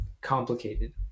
complicated